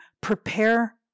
prepare